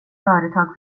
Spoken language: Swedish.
företag